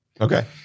okay